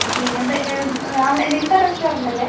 അവിടെ Wilton restaurant അല്ലെ